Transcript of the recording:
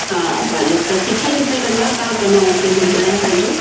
हा भले त किथे किथे कंदा तव्हां त मां उते ॿुधायां पंहिंजो